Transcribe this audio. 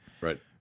Right